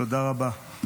תודה רבה.